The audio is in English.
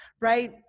right